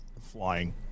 flying